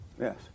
yes